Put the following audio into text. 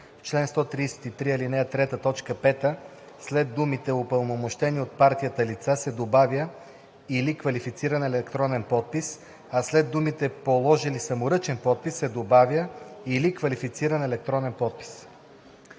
ал. 3, т. 5 след думите „упълномощени от партията лица“ се добавя „или квалифициран електронен подпис“, а след думите „положили саморъчен подпис“ се добавя „или квалифициран електронен подпис“.“